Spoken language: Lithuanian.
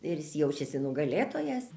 ir jis jaučiasi nugalėtojas